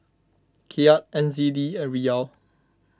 Kyat N Z D and Riyal